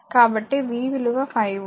కాబట్టి V విలువ 5 volt